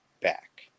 back